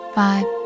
five